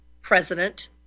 president